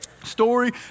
Story